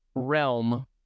Realm